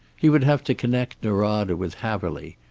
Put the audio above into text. he would have to connect norada with haverly,